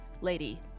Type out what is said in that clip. lady